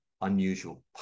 unusual